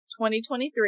2023